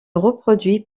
reproduit